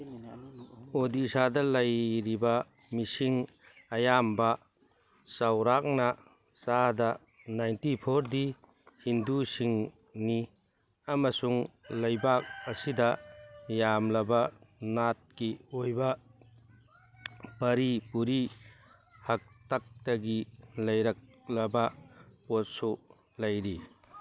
ꯑꯣꯗꯤꯁꯥꯗ ꯂꯩꯔꯤꯕ ꯃꯤꯁꯤꯡ ꯑꯌꯥꯝꯕ ꯆꯧꯔꯥꯛꯅ ꯆꯥꯗ ꯅꯥꯏꯟꯇꯤ ꯐꯣꯔꯗꯤ ꯍꯤꯟꯗꯨꯁꯤꯡꯅꯤ ꯑꯃꯁꯨꯡ ꯂꯩꯕꯥꯛ ꯑꯁꯤꯗ ꯌꯥꯝꯂꯕ ꯅꯥꯠꯀꯤ ꯑꯣꯏꯕ ꯄꯔꯤ ꯄꯨꯔꯤ ꯍꯥꯛꯇꯛꯇꯒꯤ ꯂꯩꯔꯛꯂꯕ ꯄꯣꯠꯁꯨ ꯂꯩꯔꯤ